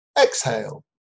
exhale